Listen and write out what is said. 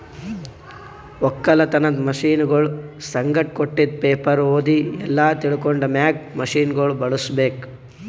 ಒಕ್ಕಲತನದ್ ಮಷೀನಗೊಳ್ ಸಂಗಟ್ ಕೊಟ್ಟಿದ್ ಪೇಪರ್ ಓದಿ ಎಲ್ಲಾ ತಿಳ್ಕೊಂಡ ಮ್ಯಾಗ್ ಮಷೀನಗೊಳ್ ಬಳುಸ್ ಬೇಕು